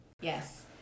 Yes